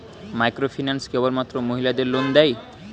Microfinance কেবলমাত্র মহিলাদের loan দেয়?